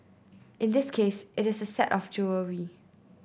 in this case it is a set of jewellery